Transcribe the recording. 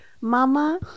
mama